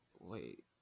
Wait